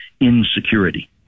insecurity